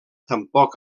tampoc